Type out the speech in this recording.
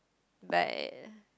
but